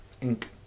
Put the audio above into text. Ink